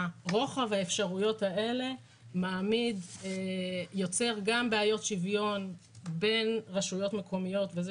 רוחב האפשרויות האלה יוצר גם בעיות שוויון בין רשויות מקומיות בזה